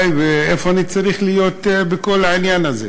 ואיפה אני צריך להיות בכל העניין הזה.